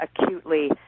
acutely